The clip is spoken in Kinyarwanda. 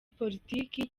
politiki